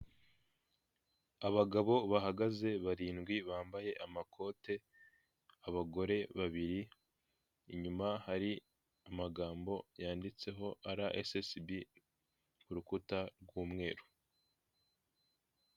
Tagisi vuwatire yo mu bwoko bwa yego kabusi ushobora guhamagara iriya nimero icyenda rimwe icyenda rimwe ikaza ikagutwara aho waba uherereye hose kandi batanga serivisi nziza n'icyombaziho .